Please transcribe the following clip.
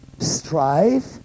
strive